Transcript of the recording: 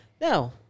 no